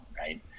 right